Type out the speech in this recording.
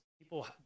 people